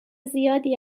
زیادی